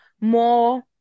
more